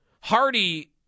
Hardy